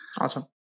awesome